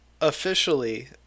officially